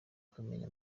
kumenya